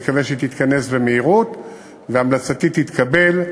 אני מקווה שהיא תתכנס במהירות והמלצתי תתקבל,